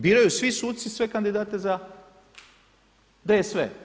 Biraju svi suci sve kandidate za DSV.